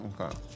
Okay